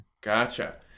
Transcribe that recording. Gotcha